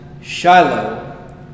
Shiloh